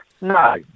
No